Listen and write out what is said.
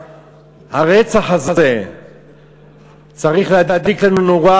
הרצח הזה צריך להדליק לנו נורה